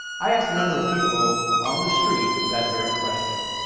i asked a number of people on the street that very question.